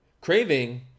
Craving